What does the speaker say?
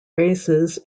races